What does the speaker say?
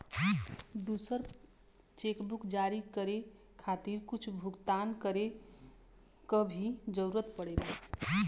दूसर चेकबुक जारी करे खातिर कुछ भुगतान करे क भी जरुरत पड़ेला